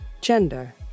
gender